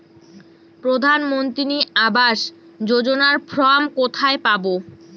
প্রধান মন্ত্রী আবাস যোজনার ফর্ম কোথায় পাব?